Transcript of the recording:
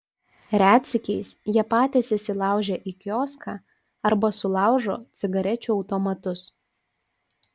retsykiais jie patys įsilaužia į kioską arba sulaužo cigarečių automatus